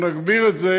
ואנחנו נגביר את זה.